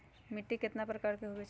मिट्टी कतना प्रकार के होवैछे?